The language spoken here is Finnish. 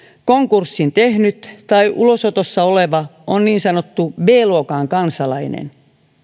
konkurssin tehnyt tai ulosotossa oleva on niin sanottu b luokan kansalainen